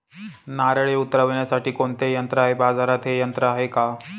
नारळे उतरविण्यासाठी कोणते यंत्र आहे? बाजारात हे यंत्र आहे का?